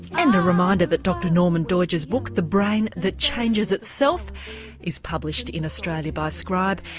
and a reminder that dr norman doidge's book the brain that changes itself is published in australia by scribe.